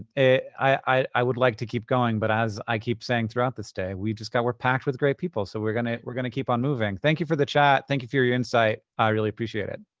i would like to keep going, but as i keep saying throughout this day, we've just got, we're packed with great people. so we're gonna we're gonna keep on moving. thank you for the chat. thank you for your your insight. i really appreciate it.